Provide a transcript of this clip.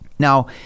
Now